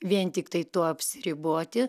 vien tiktai tuo apsiriboti